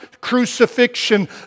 crucifixion